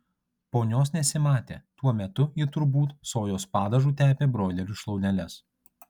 ponios nesimatė tuo metu ji turbūt sojos padažu tepė broilerių šlauneles